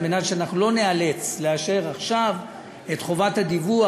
על מנת שאנחנו לא ניאלץ לאשר עכשיו את חובת הדיווח,